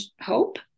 hope